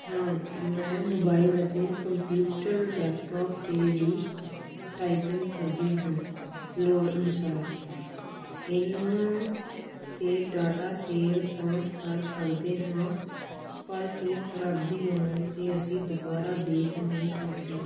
ਹਾਂ ਮੈਂ ਮੋਬਾਈਲ ਅਤੇ ਕੰਪਿਊਟਰ ਲੈਪਟੋਪ 'ਤੇ ਵੀ ਟਾਈਪਿੰਗ ਕਰਦੀ ਹਾਂ ਲੋੜ ਅਨੁਸਾਰ ਇਹਨਾਂ 'ਤੇ ਡਾਟਾ ਸੇਵ ਤਾਂ ਕਰ ਸਕਦੇ ਹਾਂ ਪਰ ਕੋਈ ਖ਼ਰਾਬੀ ਆਉਣ 'ਤੇ ਅਸੀਂ ਦੁਬਾਰਾ ਦੇਖ ਨਹੀਂ ਸਕਦੇ